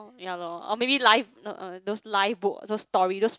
ya lor or maybe life not uh those life book those story just